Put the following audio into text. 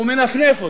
הוא מנפנף אותו.